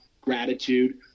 gratitude